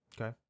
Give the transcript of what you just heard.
Okay